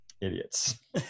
idiots